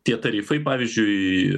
tie tarifai pavyzdžiui